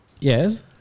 Yes